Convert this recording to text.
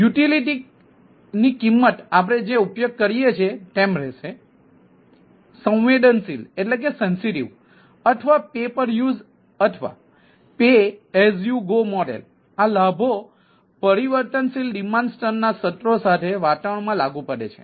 utility છે